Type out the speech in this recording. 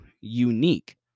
unique